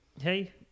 hey